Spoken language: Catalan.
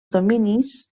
dominis